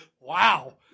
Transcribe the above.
Wow